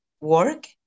work